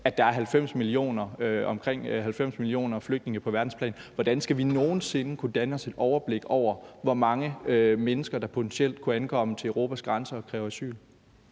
at der er omkring 90 millioner flygtninge på verdensplan. Hvordan skal vi nogen sinde kunne danne os et overblik over, hvor mange mennesker der potentielt kunne ankomme til Europas grænser og kræve asyl?